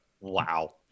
Wow